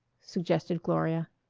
suggested gloria.